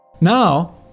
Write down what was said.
Now